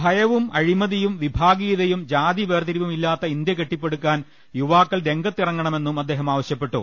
ഭയവും അഴിമതിയും വിഭാഗീയതയും ജാതി വേർതിരിവും ഇല്ലാത്ത ഇന്ത്യ കെട്ടിപ്പടുക്കാൻ യുവാക്കൾ രംഗ ത്തിറങ്ങണമെന്നും അദ്ദേഹം ആവശ്യപ്പെട്ടു